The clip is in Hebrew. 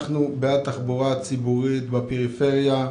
אנחנו בעד תחבורה ציבורית בפריפריה,